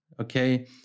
okay